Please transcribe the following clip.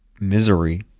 misery